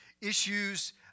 issues